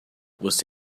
você